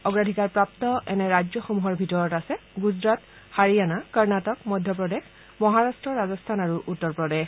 অগ্ৰাধিকাৰপ্ৰাপ্ত এনে ৰাজ্যসমূহৰ ভিতৰত আছে গুজৰাট হাৰিয়ানা কৰ্ণটিক মধ্যপ্ৰদেশ মহাৰাট্ট ৰাজস্থান আৰু উত্তৰ প্ৰদেশ